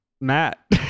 Matt